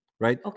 right